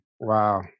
Wow